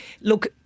look